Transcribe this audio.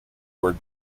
were